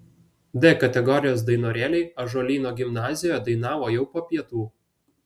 d kategorijos dainorėliai ąžuolyno gimnazijoje dainavo jau po pietų